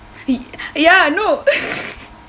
ya no